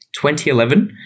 2011